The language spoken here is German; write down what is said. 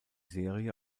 serie